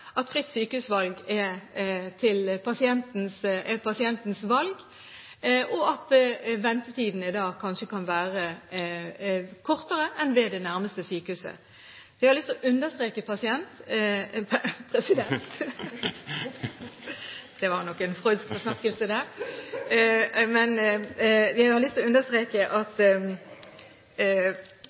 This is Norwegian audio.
at ordningen er pasientens valg, og at ventetiden kanskje kan være kortere enn ved det nærmeste sykehuset. Jeg har lyst til å understreke, pasient – unnskyld, president! Det var nok en freudiansk forsnakkelse! Jeg har lyst til å understreke at